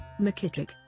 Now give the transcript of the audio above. McKittrick